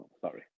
sorry